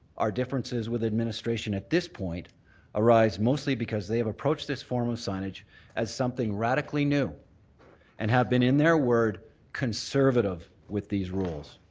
our differences with administration at this point arise mostly because they have approached this form of signage as something radically new and have been in their word conservative with these rules.